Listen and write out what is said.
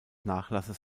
nachlasses